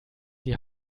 die